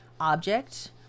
object